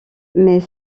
mais